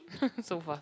so far